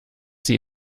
sie